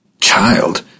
Child